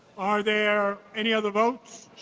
are there any other votes?